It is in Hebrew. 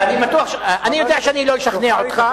אני יודע שאני לא אשכנע אותך,